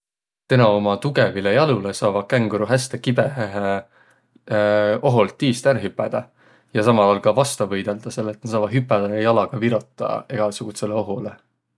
Teno uma tugõvilõ jalulõ saavaq känguruq häste kibõhõhe oholt iist ärq hüpädäq ja samal aol ka vasta võidõldaq, selle et nä saavaq hüpädäq ja jalaga virotaq egäsugutsõlõ oholõ.